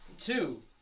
Two